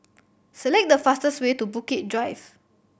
select the fastest way to Bukit Drive